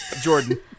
Jordan